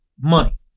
money